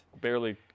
barely